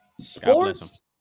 Sports